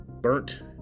burnt